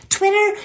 Twitter